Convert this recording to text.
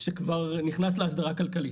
שכבר נכנס להסדרה כלכלית.